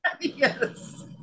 yes